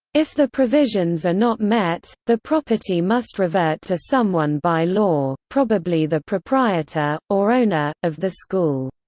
if the provisions are not met, the property must revert to someone by law, probably the proprietor, or owner, of the school.